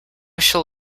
shall